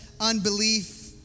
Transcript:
unbelief